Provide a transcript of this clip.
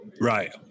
Right